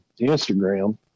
Instagram